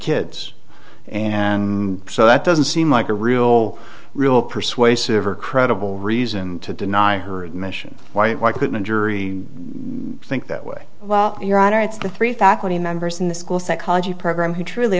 kids and so that doesn't seem like a real real persuasive or credible reason to deny her admission why why couldn't a jury think that way well your honor it's the three faculty members in the school psychology program who truly